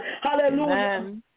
Hallelujah